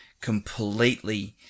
completely